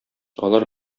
алар